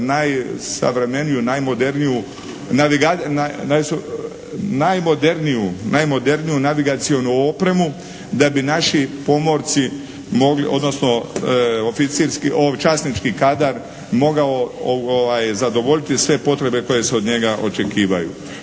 najsavremeniju, najmoderniju navigacionu opremu da bi naši pomorci mogli, odnosno časnički kadar mogao zadovoljiti sve potrebe koje se od njega očekivaju.